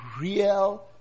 real